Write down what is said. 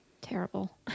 Terrible